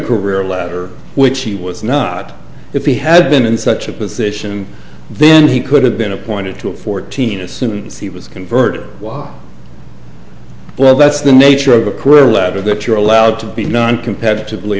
career ladder which he was not if he had been in such a position then he could have been appointed to a fourteen as soon as he was conferred well that's the nature of the career ladder that you're allowed to be non competitively